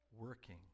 working